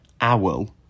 owl